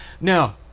now